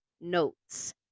notes